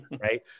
Right